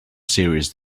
serious